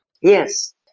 Yes